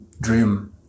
dream